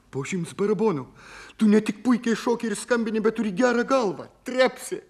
po šimts barabonų tu ne tik puikiai šoki ir skambini bet turi gerą galvą trepsė